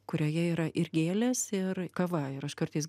kurioje yra ir gėlės ir kava ir aš kartais